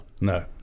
No